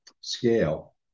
scale